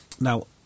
Now